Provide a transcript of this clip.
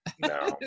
no